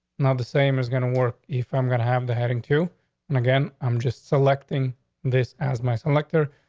now the same is gonna work if i'm gonna have the heading to and again, i'm just selecting this as my selector.